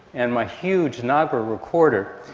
and my huge nagra recorder.